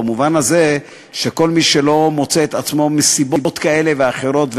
במובן הזה שכל מי שלא מוצא את עצמו מסיבות כאלה או אחרות,